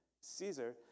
Caesar